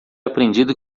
aprendido